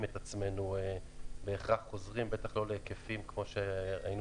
את עצמנו בהכרח חוזרים בגדול להיקפים כמו שהיינו